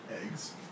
eggs